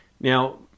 Now